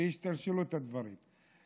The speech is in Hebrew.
והשתלשלות הדברים.